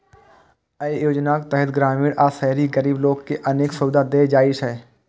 अय योजनाक तहत ग्रामीण आ शहरी गरीब लोक कें अनेक सुविधा देल जाइ छै